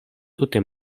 tute